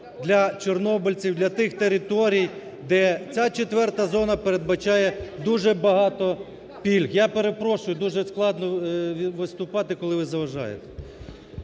для чорнобильців, для тих територій, де ця четверта зона передбачає дуже багато пільг. Я перепрошую, дуже складно виступати, коли ви заважаєте.